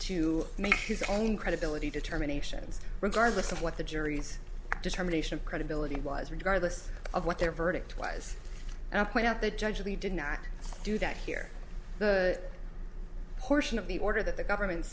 to make his own credibility determinations regardless of what the jury's determination of credibility was regardless of what their verdict was and i point out that judge lee did not do that here the portion of the order that the government